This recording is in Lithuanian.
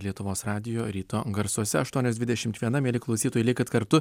lietuvos radijo ryto garsuose aštuonios dvidešimt viena mieli klausytojai likit kartu